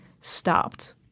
stopped